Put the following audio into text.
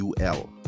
UL